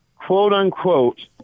quote-unquote